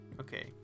Okay